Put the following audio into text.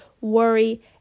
worry